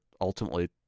ultimately